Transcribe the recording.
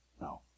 No